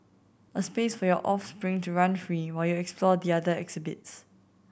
a space for your offspring to run free while you explore the other exhibits